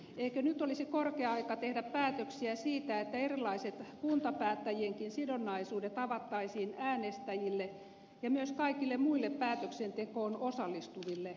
eikö nyt olisi korkea aika tehdä päätöksiä siitä että erilaiset kuntapäättäjienkin sidonnaisuudet avattaisiin äänestäjille ja myös kaikille muille päätöksentekoon osallistuville